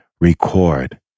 record